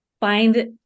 find